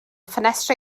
ffenestri